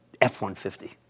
F-150